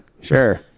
Sure